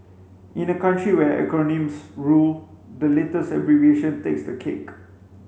in a country where acronyms rule the latest abbreviation takes the cake